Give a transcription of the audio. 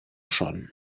schon